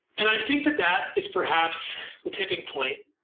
and i think that that is perhaps the tipping point.